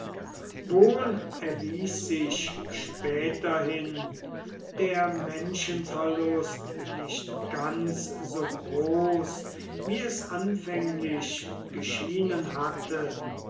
wohl erwies sich späterhin der menschenverlust nicht ganz so groß wie es anfänglich geschienen hatte